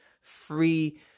free